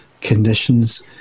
conditions